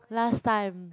last time